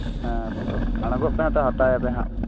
ᱦᱮᱸᱛᱚ ᱟᱬᱜᱚᱜ ᱠᱟᱱᱟ ᱛᱚ ᱦᱟᱛᱟᱣᱟᱯᱮ ᱦᱟᱸᱜ